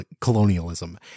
colonialism